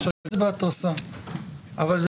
ואני לא אומר את זה בהתרסה אבל זה